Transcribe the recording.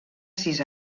sis